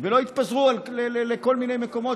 ולא יתפזרו לכל מיני מקומות,